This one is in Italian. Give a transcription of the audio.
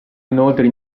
inoltre